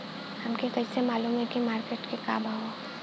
हमके कइसे मालूम होई की मार्केट के का भाव ह?